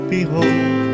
Behold